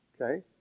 Okay